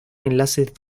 enlaces